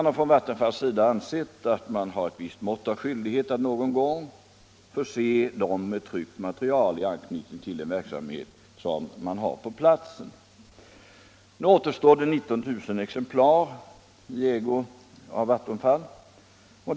Hos Vattenfall har man ansett sig ha skyldighet att någon gång förse dem med tryckt material i anknytning till den verksamhet som förekommer på platsen. Sedan återstår 19 000 exemplar i Vattenfalls ägo.